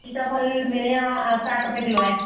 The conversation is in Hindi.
सीताफल मेरे यहाँ साठ रुपए किलो है